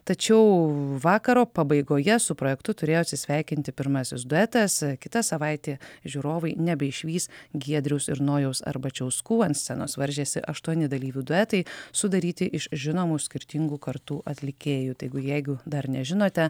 tačiau vakaro pabaigoje su projektu turėjo atsisveikinti pirmasis duetas kita savaitė žiūrovai nebeišvys giedriaus ir nojaus arbačiauskų ant scenos varžėsi aštuoni dalyvių duetai sudaryti iš žinomų skirtingų kartų atlikėjų taigi jeigu dar nežinote